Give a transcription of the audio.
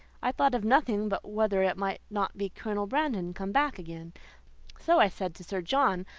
i thought of nothing but whether it might not be colonel brandon come back again so i said to sir john,